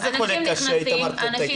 אנשים נכנסים, אנשים יוצאים.